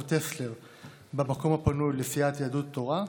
טסלר במקום הפנוי לסיעת יהדות התורה,